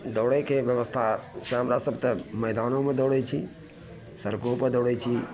दौड़ैके बेबस्थासे हमरासभ तऽ मैदानोमे दौड़ै छी सड़कोपर दौड़ै छी